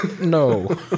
No